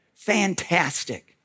fantastic